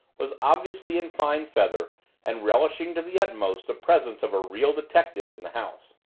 was obviously in fine feather and relishing to the utmost the presence of a real detective in the house.